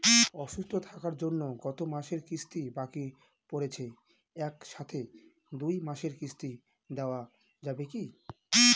অসুস্থ থাকার জন্য গত মাসের কিস্তি বাকি পরেছে এক সাথে দুই মাসের কিস্তি দেওয়া যাবে কি?